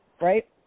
right